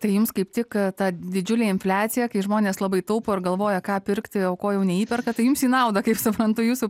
tai jums kaip tik tą didžiulę infliaciją kai žmonės labai taupo ir galvoja ką pirkti aukojau neįperka tai jums į naudą kaip suprantu jūsų